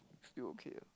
still okay ah